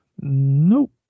Nope